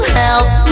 help